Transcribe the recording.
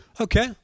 Okay